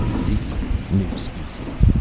the new species.